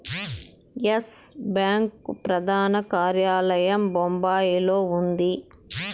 yes bank ప్రధాన కార్యాలయం బొంబాయిలో ఉంది